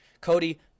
Cody